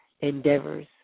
endeavors